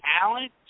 talent